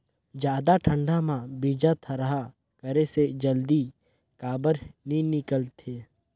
जादा ठंडा म बीजा थरहा करे से जल्दी काबर नी निकलथे?